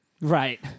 Right